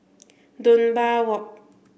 Dunbar Walk